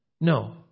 No